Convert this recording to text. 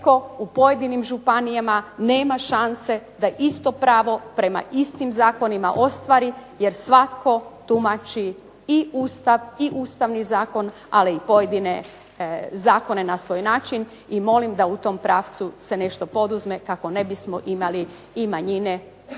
netko u pojedinim županijama nema šanse da isto pravo prema istim zakonima ostvari jer svatko tumači i Ustav i Ustavni zakon, ali i pojedine zakone na svoj način i molim da u tom pravcu se nešto poduzme kako ne bismo imali i manjine